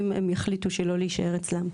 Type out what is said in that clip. אם הם יחליטו שלא להישאר אצלם.